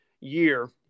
year